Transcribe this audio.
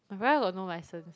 my brother got no license